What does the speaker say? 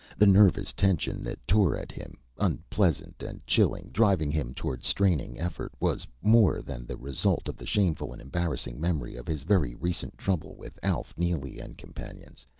the nervous tension that tore at him unpleasant and chilling, driving him toward straining effort was more than the result of the shameful and embarrassing memory of his very recent trouble with alf neely and companions,